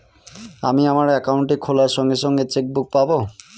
আমি আমার একাউন্টটি খোলার সঙ্গে সঙ্গে চেক বুক পাবো?